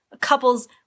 couples